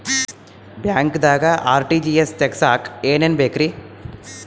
ಬ್ಯಾಂಕ್ದಾಗ ಆರ್.ಟಿ.ಜಿ.ಎಸ್ ತಗ್ಸಾಕ್ ಏನೇನ್ ಬೇಕ್ರಿ?